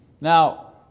Now